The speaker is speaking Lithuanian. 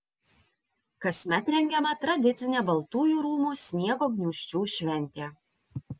kasmet rengiama tradicinė baltųjų rūmų sniego gniūžčių šventė